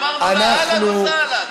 אמרנו לה: אהלן וסהלן, תצטרפי.